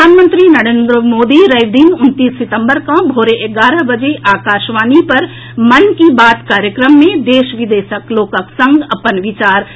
प्रधानमंत्री नरेन्द्र मोदी रवि दिन उनतीस सितम्बर के भोरे एगारह बजे आकाशवाणी पर मन की बात कार्यक्रम मे देश विदेशक लोकक संग अपन विचार साझा करताह